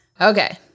Okay